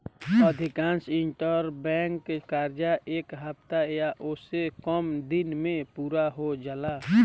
अधिकांश इंटरबैंक कर्जा एक हफ्ता या ओसे से कम दिन में पूरा हो जाला